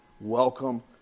Welcome